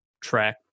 track